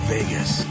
Vegas